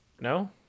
No